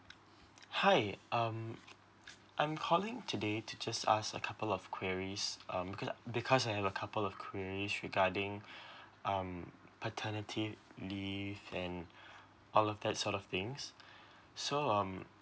hi um I'm calling today to just ask a couple of queries um cause I because I have a couple of queries regarding um paternity leave and all of that sort of things so um